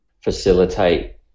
facilitate